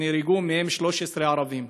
ומהם 13 ערבים.